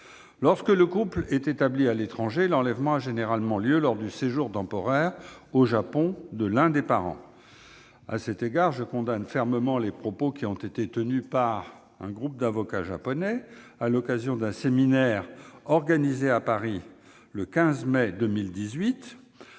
Lorsque le couple est établi à l'étranger, l'enlèvement a généralement lieu lors du séjour temporaire au Japon de l'un des parents. À cet égard, je condamne fermement les propos qui ont été tenus par un groupe d'avocats japonais à l'occasion d'un séminaire organisé à Paris le 15 mai 2018.